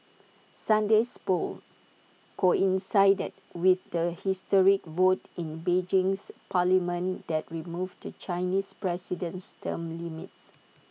Sunday's polls coincided with the historic vote in Beijing's parliament that removed the Chinese president's term limits